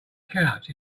couch